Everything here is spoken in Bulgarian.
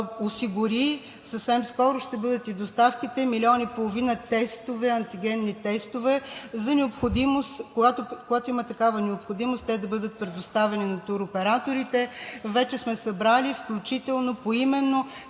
осигури – съвсем скоро ще бъдат и доставките, милион и половина антигенни тестове, когато има такава необходимост те да бъдат предоставени на туроператорите. Вече сме събрали, включително поименно